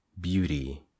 beauty